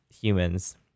humans